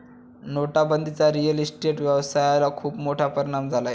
नोटाबंदीचा real estate व्यवसायाला खूप मोठा परिणाम झाला